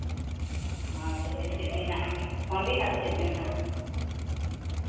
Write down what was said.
ᱦᱳᱭ ᱛᱚᱵᱮ ᱦᱤᱡᱩᱜ ᱵᱤᱱ ᱦᱟᱸᱜ ᱯᱷᱳᱱ ᱵᱤᱱ ᱟᱨ ᱦᱤᱡᱩᱜ ᱵᱤᱱ ᱦᱟᱸᱜ